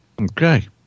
Okay